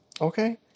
Okay